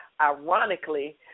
ironically